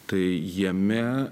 tai jame